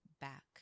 back